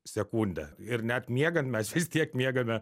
sekundę ir net miegant mes vis tiek miegame